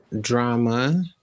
drama